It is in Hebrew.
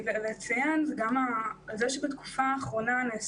בתקופה האחרונה,